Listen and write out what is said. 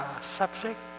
subject